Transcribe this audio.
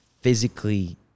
physically